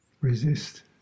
resist